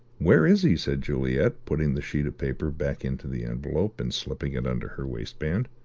where is he? said juliet, putting the sheet of paper back into the envelope and slipping it under her waistband.